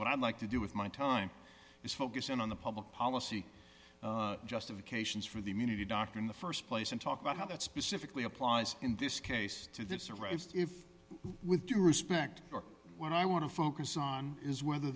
what i'd like to do with my time is focus in on the public policy justifications for the immunity doctor in the st place and talk about how that specifically applies in this case to that surprised if with due respect or when i want to focus on is whether